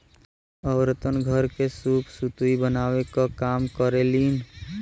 औरतन घर के सूप सुतुई बनावे क काम करेलीन